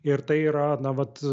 ir tai yra na vat